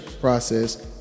process